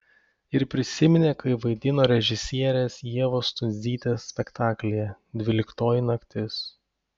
ir prisiminė kai vaidino režisierės ievos stundžytės spektaklyje dvyliktoji naktis